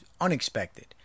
unexpected